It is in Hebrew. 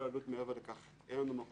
כל עלות מעבר לכך אין לנו מקור כרגע.